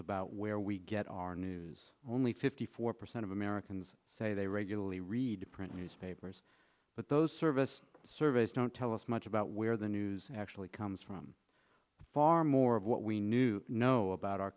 about where we get our news only fifty four percent of americans say they regularly read print newspapers but those service surveys don't tell us much about where the news actually comes from far more of what we knew know about our